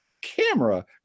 camera